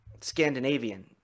Scandinavian